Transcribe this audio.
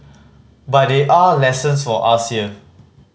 but there are lessons for us here